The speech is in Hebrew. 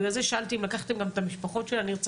בגלל זה שאלתי אם לקחתם גם את המשפחות של הנרצחים,